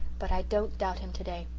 but i don't doubt him today.